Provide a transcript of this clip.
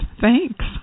Thanks